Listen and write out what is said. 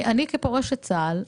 כפורשת צה"ל,